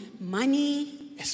money